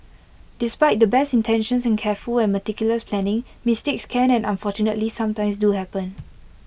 despite the best intentions and careful and meticulous planning mistakes can and unfortunately sometimes do happen